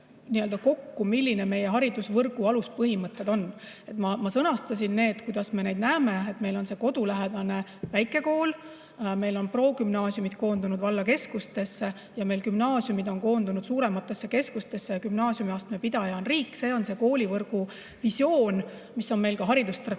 lepiksime kokku, millised meie haridusvõrgu aluspõhimõtted on. Ma sõnastasin, kuidas me neid näeme: et meil on kodulähedane väike kool, meil on progümnaasiumid koondunud vallakeskustesse ja gümnaasiumid on koondunud suurematesse keskustesse ja gümnaasiumiastme pidaja on riik. See on koolivõrgu visioon, mis on meil ka haridusstrateegias